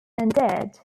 undead